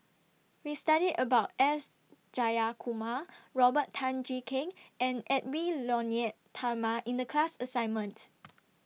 We studied about S Jayakumar Robert Tan Jee Keng and Edwy Lyonet Talma in The class assignment